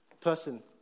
person